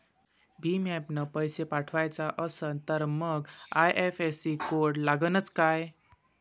भीम ॲपनं पैसे पाठवायचा असन तर मंग आय.एफ.एस.सी कोड लागनच काय?